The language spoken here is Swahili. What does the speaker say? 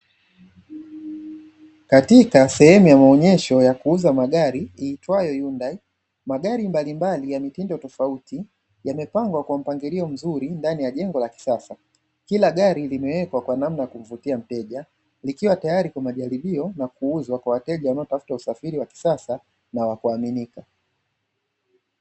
Katika sehemu ya maonyesho ya kuuzia magari iitwayo "HYUNDAI", magari mbalimbali kwa mitindo tofauti. Yamepangwa kwa mpangilio mzuri ndani ya jengo la kisasa, kila gari limewekwa kwa namna ya kumvutia mteja likiwa tayari kwa majaribio na kuuzwa kwa wateja wanaotafuta usafiri wa kisasa na wa kumimika.